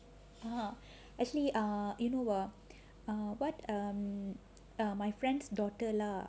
ya actually err you know err err what err my friend's daughter lah